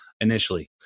initially